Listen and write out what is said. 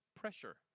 pressure